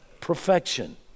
perfection